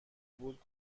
بود